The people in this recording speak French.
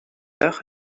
heure